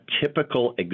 typical